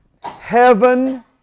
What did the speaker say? heaven